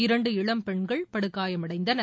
இரண்டு இளம் பெண்கள் படுகாயமடைந்தனர்